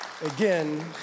Again